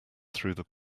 through